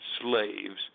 slaves